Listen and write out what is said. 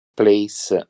place